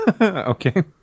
okay